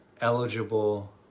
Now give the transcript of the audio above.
eligible